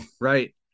Right